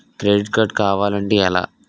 Credit card కావాలి అంటే ఎలా?